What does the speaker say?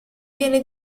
viene